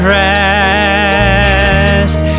rest